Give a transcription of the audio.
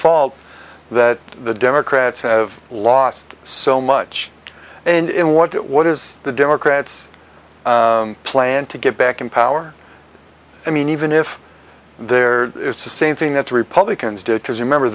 fault that the democrats have lost so much and in what it what is the democrats plan to get back in power i mean even if they are it's the same thing that the republicans did to remember